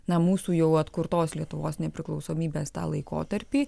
na mūsų jau atkurtos lietuvos nepriklausomybės tą laikotarpį